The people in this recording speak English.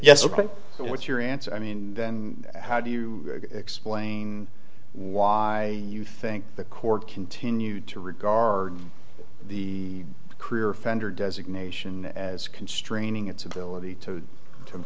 yes ok so what's your answer i mean how do you explain why you think the court continued to regard the career offender designation as constraining its ability to to